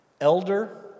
Elder